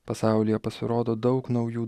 pasaulyje pasirodo daug naujų